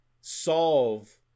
solve